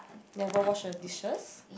never wash her dishes